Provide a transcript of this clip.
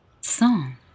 song